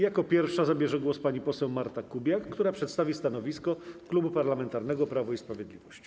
Jako pierwsza zabierze głos pani poseł Marta Kubiak, która przedstawi stanowisko Klubu Parlamentarnego Prawo i Sprawiedliwość.